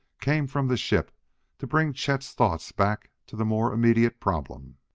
came from the ship to bring chet's thoughts back to the more immediate problem.